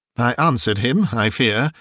i answered him, i fear,